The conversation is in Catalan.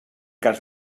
cas